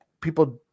People